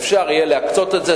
אפשר יהיה להקצות את זה.